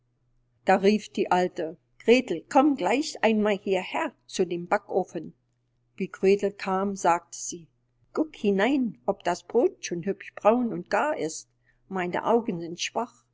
da rief die alte gretel komm gleich einmal hierher zu dem backofen wie gretel kam sagte sie guck hinein ob das brod schon hübsch braun und gar ist meine augen sind schwach